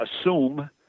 assume